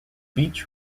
beach